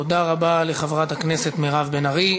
תודה רבה לחברת הכנסת מירב בן ארי.